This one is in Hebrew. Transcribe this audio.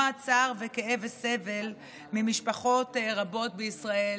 צער וכאב וסבל ממשפחות רבות בישראל.